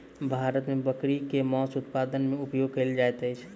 भारत मे बकरी के मौस उत्पादन मे उपयोग कयल जाइत अछि